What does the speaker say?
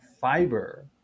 fiber